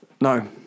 No